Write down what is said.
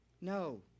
No